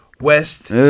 west